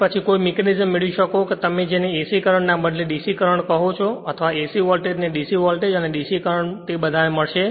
તેથી પછી કોઈ મિકેનિઝમ મેળવી શકો કે કે તમે જેને AC કરંટ ના બદલે DC કરંટ કહો છો અથવા AC વોલ્ટેજને DC વોલ્ટેજ અને DC કરંટ તે બધા મળશે